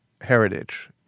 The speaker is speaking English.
heritage